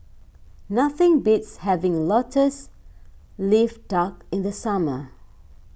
nothing beats having Lotus Leaf Duck in the summer